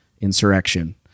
insurrection